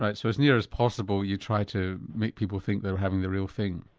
but so as near as possible you try to make people think they were having the real thing?